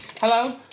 hello